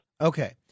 Okay